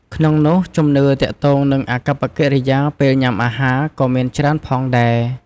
ក្នុងនោះ ជំនឿទាក់ទងនឹងអាកប្បកិរិយាពេលញ៉ាំអាហារ ក៏មានច្រើនផងដែរ។